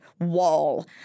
wall